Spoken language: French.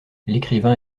l’écrivain